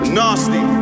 nasty